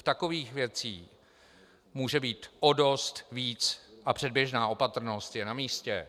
Takových věcí může být o dost víc a předběžná opatrnost je na místě.